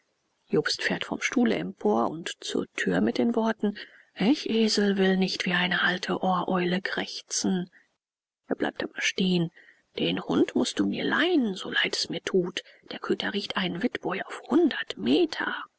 jobst fährt vom stuhle empor und zur tür mit den worten ich esel will nicht wie eine alte ohreule krächzen er bleibt aber stehen den hund mußt du mir leihen so leid es mir tut der köter riecht einen witboi auf hundert meter